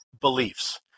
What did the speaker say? beliefs